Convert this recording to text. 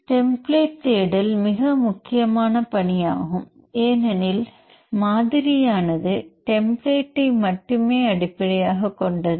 template தேடல் மிக முக்கியமான பணியாகும் ஏனெனில் மாதிரியானது டெம்பிளேட் ஐ மட்டுமே அடிப்படையாகக் கொண்டது